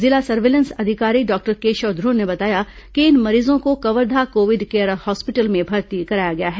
जिला सर्विलेंस अधिकारी डॉक्टर केशव ध्रव ने बताया कि इन मरीजों को कवर्धा कोविड केयर हॉस्पिटल में भर्ती कराया गया है